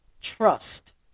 trust